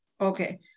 Okay